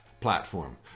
platform